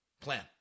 plan